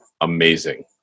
amazing